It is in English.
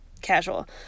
casual